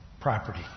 property